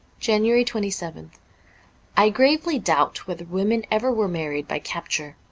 january twenty seventh i gravely doubt whether women ever were married by capture.